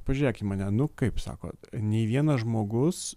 pažiūrėk į mane nu kaip sako nei vienas žmogus